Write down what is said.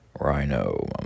Rhino